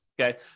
okay